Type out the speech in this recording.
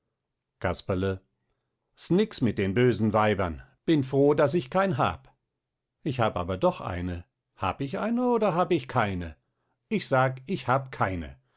casperle s nix mit den bösen weibern bin froh daß ich kein hab ich hab aber doch eine hab ich eine oder hab ich keine ich sag ich hab keine